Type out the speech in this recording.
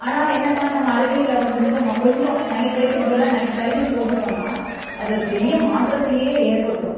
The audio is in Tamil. ஆனால் என்னென்னா நம்ம அறிவியலில் வந்துட்டு நம்ம கொஞ்சம் நைட்ரேட்டுக்கு பதிலாக நைட்ரைடுன்னு போட்டுட்டோம்னா அது ஒரு பெரிய மாற்றத்தையே ஏற்பட்ரும்